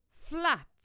flat